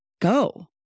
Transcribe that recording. go